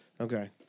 Okay